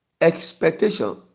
expectation